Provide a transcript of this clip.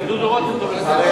גם דודו רותם תומך בזה.